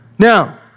Now